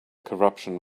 corruption